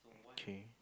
K